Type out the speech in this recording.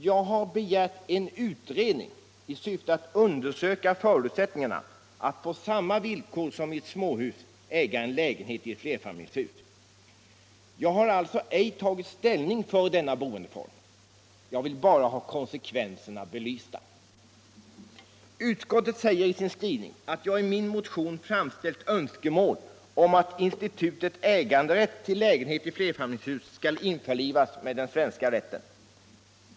Jag har begärt en utredning i syfte att undersöka förutsättningarna att på samma villkor som i ett småhus äga en lägenhet i ett flerfamiljshus. Jag har alltså ej tagit ställning för denna boendeform. Jag vill bara ha konsekvenserna belysta. Utskottet säger i sin skrivning att jag i min motion framställt önskemål om att institutet äganderätt till lägenhet i flerfamiljshus skall införlivas med den svenska rätten.